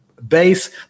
base